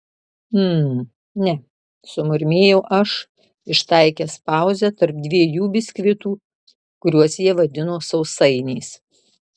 mm ne sumurmėjau aš ištaikęs pauzę tarp dviejų biskvitų kuriuos jie vadino sausainiais